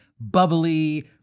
Bubbly